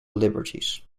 liberties